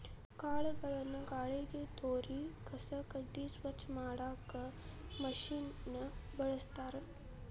ಕಾಳುಗಳನ್ನ ಗಾಳಿಗೆ ತೂರಿ ಕಸ ಕಡ್ಡಿ ಸ್ವಚ್ಛ ಮಾಡಾಕ್ ಮಷೇನ್ ನ ಬಳಸ್ತಾರ